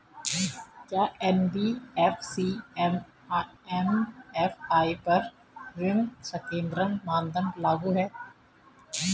क्या NBFC MFI पर ऋण संकेन्द्रण मानदंड लागू हैं?